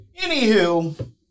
Anywho